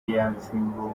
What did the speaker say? yasimbuwe